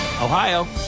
Ohio